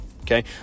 okay